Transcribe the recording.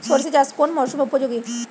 সরিষা চাষ কোন মরশুমে উপযোগী?